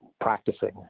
practicing